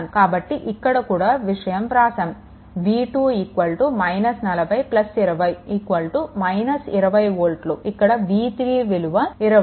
కాబట్టి ఇక్కడ కూడా విషయం వ్రాసాము v2 40 20 20 వోల్ట్లు ఇక్కడ v3 విలువ 20 వోల్ట్లు